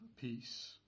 peace